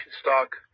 stock